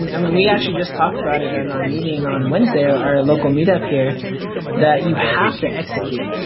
and i mean we actually just talked about it on our meeting on wednesday, our local meetup here that you have to execute.